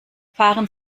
fahren